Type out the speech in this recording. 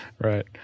Right